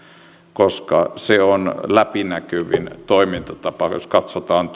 koska se on läpinäkyvin toimintatapa jos katsotaan